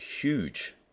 huge